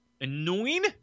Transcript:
Annoying